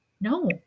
No